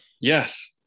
Yes